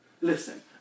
Listen